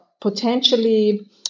potentially